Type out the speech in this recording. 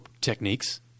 techniques